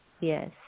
yes